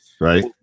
Right